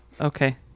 okay